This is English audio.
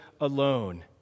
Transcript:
alone